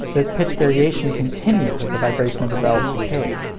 this pitch variation continues as the vibration of the bells decay.